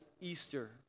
Easter